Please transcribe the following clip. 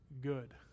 good